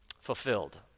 fulfilled